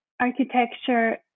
architecture